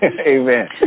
Amen